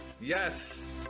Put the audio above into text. Yes